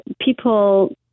people